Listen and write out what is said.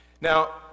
Now